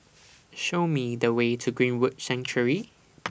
Show Me The Way to Greenwood Sanctuary